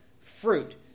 fruit